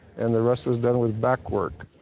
and the rest was done with back work.